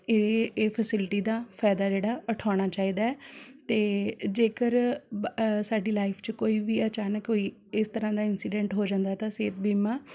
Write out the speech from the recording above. ਇਹ ਇਹ ਫੈਸਿਲਿਟੀ ਦਾ ਫਾਇਦਾ ਜਿਹੜਾ ਉਠਾਉਣਾ ਚਾਹੀਦਾ ਅਤੇ ਜੇਕਰ ਸਾਡੀ ਲਾਈਫ 'ਚ ਕੋਈ ਵੀ ਅਚਾਨਕ ਕੋਈ ਇਸ ਤਰ੍ਹਾਂ ਦਾ ਇੰਸੀਡੈਂਟ ਹੋ ਜਾਂਦਾ ਤਾਂ ਸਿਹਤ ਬੀਮਾ